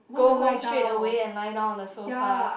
go home straight away and lie down on the sofa